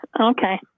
okay